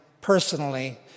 personally